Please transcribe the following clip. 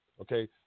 okay